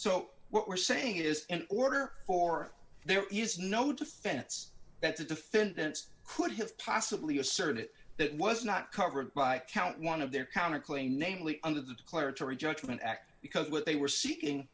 so what we're saying is in order for there is no defense that the defendants could have possibly asserted that was not covered by count one of their counterclaim namely under the declaratory judgment act because what they were seeking